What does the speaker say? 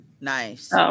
Nice